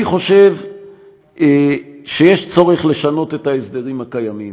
אני חושב שיש צורך לשנות את ההסדרים הקיימים,